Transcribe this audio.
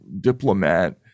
diplomat